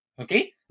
okay